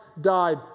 died